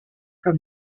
from